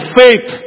faith